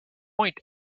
point